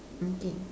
mm K